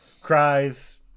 Cries